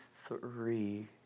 three